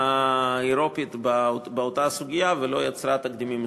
האירופית באותה סוגיה ולא יוצרת תקדימים מסוכנים.